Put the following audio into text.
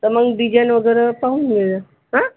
तर मग डिझाईन वगैरे पाहून घेऊया आ